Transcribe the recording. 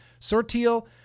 Sortil